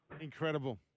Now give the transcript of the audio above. incredible